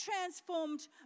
transformed